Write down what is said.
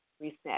reset